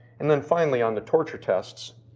and then finally on the torture test,